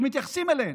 שמתייחסים אליהן,